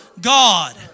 God